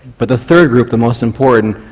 but the third group, the most important,